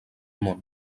món